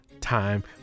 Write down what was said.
time